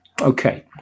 Okay